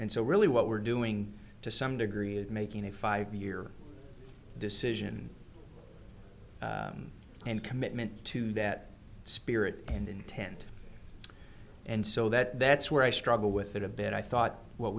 and so really what we're doing to some degree is making a five year decision and commitment to that spirit and intent and so that that's where i struggle with it a bit i thought what